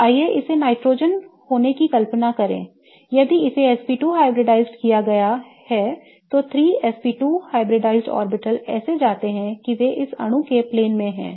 तो आइए इसे नाइट्रोजन होने की कल्पना करें यदि इसे sp2 हाइब्रिडाइज्ड किया गया है तो 3 sp2 हाइब्रिडाइज्ड ऑर्बिटल्स ऐसे जाते हैं कि वे इस अणु के प्लेन में हैं